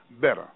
better